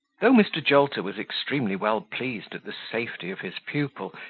though mr. jolter was extremely well pleased at the safety of his pupil,